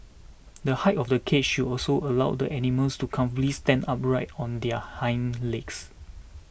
the height of the cage should also allow the animals to comfortably stand upright on their hind legs